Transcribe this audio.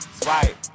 swipe